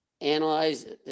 analyze